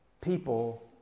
people